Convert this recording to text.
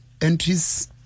entries